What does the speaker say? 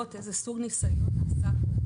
המהות של הניסוי היא למעשה הפעלה עם נוסעים